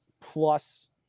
plus